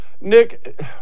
Nick